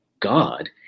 God